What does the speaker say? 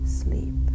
sleep